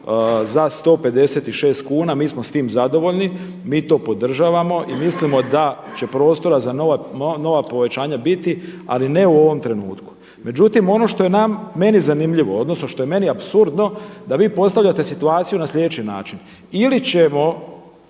za 156 kuna. Mi smo s tim zadovoljni, mi to podržavamo i mislimo da će prostora za nova povećanja biti, ali ne u ovom trenutku. Međutim, ono što je meni zanimljivo, odnosno ono što je meni apsurdno da vi postavljate situaciju na sljedeći način. Ili ćemo